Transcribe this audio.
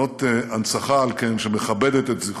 על כן, זאת הנצחה שמכבדת את זכרו.